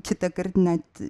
kitąkart net